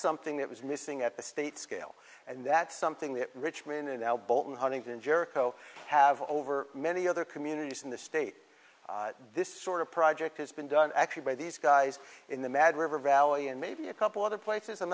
something that was missing at the state scale and that's something that richmond and now both in huntington jericho have over many other communities in the state this sort of project has been done actually by these guys in the mad river valley and maybe a couple other places i'm